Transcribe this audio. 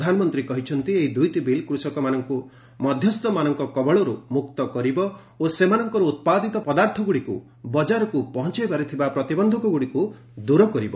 ପ୍ରଧାନମନ୍ତ୍ରୀ କହିଛନ୍ତି ଏହି ଦୁଇଟି ବିଲ୍ କୃଷକମାନଙ୍କୁ ମଧ୍ୟସ୍ଥମାନଙ୍କ କବଳରୁ ମୁକ୍ତ କରିବ ଓ ସେମାନଙ୍କର ଉତ୍ପାଦିତ ପଦାର୍ଥଗୁଡ଼ିକୁ ବଜାରକୁ ପହଞ୍ଚାଇବାରେ ଥିବା ପ୍ରତିବନ୍ଧକଗୁଡ଼ିକୁ ଦୂର କରିବ